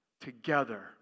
together